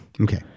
Okay